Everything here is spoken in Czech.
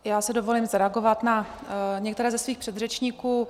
Já si dovolím zareagovat na některé ze svých předřečníků.